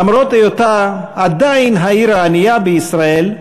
למרות היותה עדיין העיר הענייה בישראל,